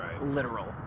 literal